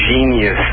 genius